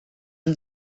amb